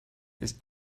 this